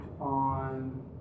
on